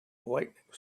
lightening